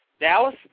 Dallas